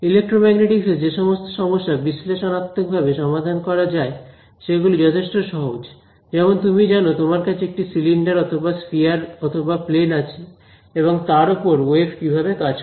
electromagnetics এ যে সমস্ত সমস্যা বিশ্লেষণাত্মক ভাবে সমাধান করা যায় সেগুলি যথেষ্ট সহজ যেমন তুমি জানো তোমার কাছে একটি সিলিন্ডার অথবা স্পিয়ার অথবা প্লেন আছে এবং তার ওপর ওয়েভ কিভাবে কাজ করে